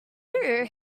too